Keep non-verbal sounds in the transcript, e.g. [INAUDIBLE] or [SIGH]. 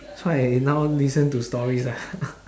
so I now listen to stories ah [LAUGHS]